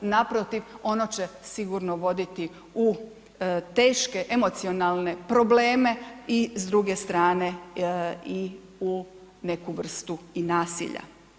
Naprotiv, ono će sigurno voditi u teške emocionalne probleme i s druge strane i u neku vrstu i nasilja.